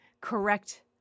correct